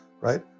Right